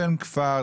בין כפר,